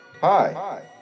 Hi